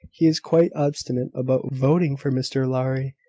he is quite obstinate about voting for mr lowry,